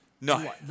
no